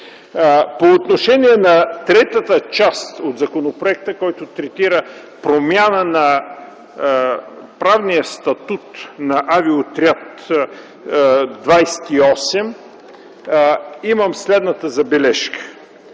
По отношение на третата част от законопроекта, който третира промяна на правния статут на Авиоотряд 28, имам следната забележка.